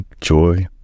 joy